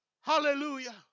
Hallelujah